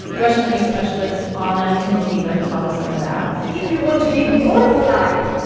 russian ice specialist ah anna timofeeva taught us some of that if you want to be more polite,